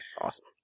Awesome